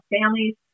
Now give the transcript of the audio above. families